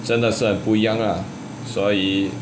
真的是很不一样啊所以